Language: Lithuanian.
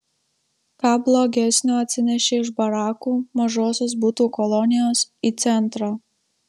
ką blogesnio atsinešei iš barakų mažosios butų kolonijos į centrą